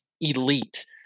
elite